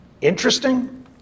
Interesting